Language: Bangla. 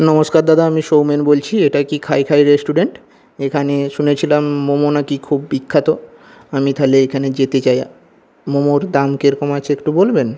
নমস্কার দাদা আমি সৌমেন বলছি এটা কি খাই খাই রেস্টুরেন্ট এখানে শুনেছিলাম মোমো না কি খুব বিখ্যাত আমি তাহলে এখানে যেতে চাই মোমোর দাম কিরকম আছে একটু বলবেন